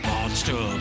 Monster